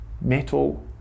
Metal